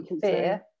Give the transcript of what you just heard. fear